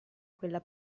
quella